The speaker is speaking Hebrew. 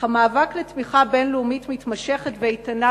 אך המאבק לתמיכה בין-לאומית מתמשכת ואיתנה